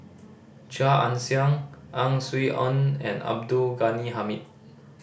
Chia Ann Siang Ang Swee Aun and Abdul Ghani Hamid